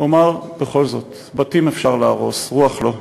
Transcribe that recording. אומר בכל זאת: בתים אפשר להרוס, רוח לא.